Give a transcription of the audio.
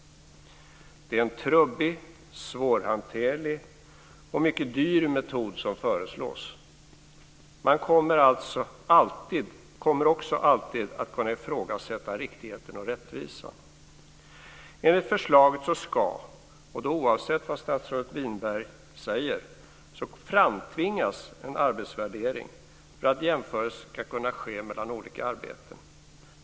Det är en trubbig, svårhanterlig och mycket dyr metod som föreslås. Man kommer också alltid att kunna ifrågasätta riktigheten och rättvisan. Enligt förslaget ska - och det gäller oavsett vad statsrådet Winberg säger - en arbetsvärdering framtvingas för att jämförelser ska kunna ske mellan olika arbeten.